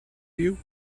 you